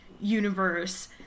universe